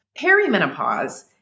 Perimenopause